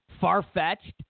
far-fetched